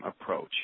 approach